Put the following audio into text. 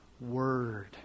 word